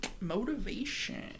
Motivation